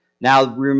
Now